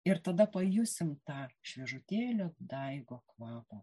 ir tada pajusim tą šviežutėlio daigo kvapą